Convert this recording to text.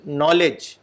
knowledge